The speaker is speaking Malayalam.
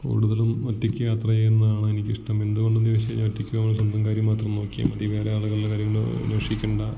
കൂടുതലും ഒറ്റയ്ക്ക് യാത്ര ചെയ്യുന്നതാണ് എനിക്ക് ഇഷ്ടം എന്തുകൊണ്ടെന്ന് ചോദിച്ചു കഴിഞ്ഞാൽ ഒറ്റക്ക് പോകുമ്പോൾ സ്വന്തം കാര്യം മാത്രം നോക്കിയാൽ മതി വേറെ ആളുകളുടെ കാര്യങ്ങള് അന്വേഷിക്കേണ്ട